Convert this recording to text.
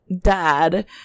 dad